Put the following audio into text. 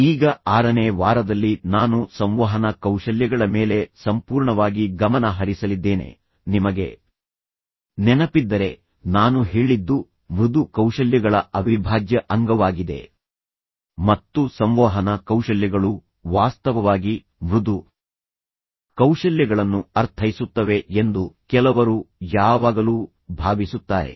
ಈಗ ಆರನೇ ವಾರದಲ್ಲಿ ನಾನು ಸಂವಹನ ಕೌಶಲ್ಯಗಳ ಮೇಲೆ ಸಂಪೂರ್ಣವಾಗಿ ಗಮನ ಹರಿಸಲಿದ್ದೇನೆ ನಿಮಗೆ ನೆನಪಿದ್ದರೆ ನಾನು ಹೇಳಿದ್ದು ಮೃದು ಕೌಶಲ್ಯಗಳ ಅವಿಭಾಜ್ಯ ಅಂಗವಾಗಿದೆ ಮತ್ತು ಸಂವಹನ ಕೌಶಲ್ಯಗಳು ವಾಸ್ತವವಾಗಿ ಮೃದು ಕೌಶಲ್ಯಗಳನ್ನು ಅರ್ಥೈಸುತ್ತವೆ ಎಂದು ಕೆಲವರು ಯಾವಾಗಲೂ ಭಾವಿಸುತ್ತಾರೆ